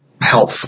health